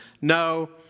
No